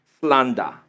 Slander